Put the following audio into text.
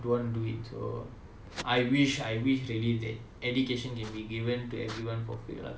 don't want do it so I wish I wish really that education can be given to everyone for free lah